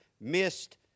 missed